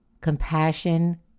Compassion